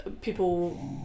people